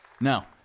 Now